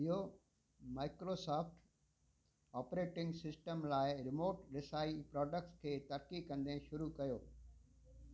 इहो Microsoft operating system लाइ remote रिसाई प्रोडक्ट्स खे तरक़ी कंदे शुरु कयो